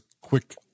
quick